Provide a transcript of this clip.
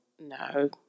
No